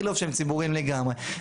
איכילוב - שהם ציבוריים לגמרי.